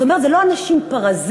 זאת אומרת, זה לא אנשים פרזיטים